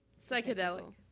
Psychedelic